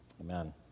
Amen